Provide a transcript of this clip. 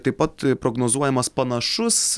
taip pat prognozuojamas panašus